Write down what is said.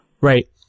Right